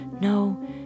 No